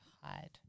hide